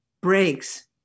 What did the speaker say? breaks